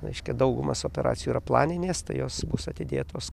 reiškia daugumas operacijų yra planinės tai jos bus atidėtos